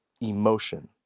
emotion